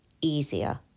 easier